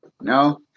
no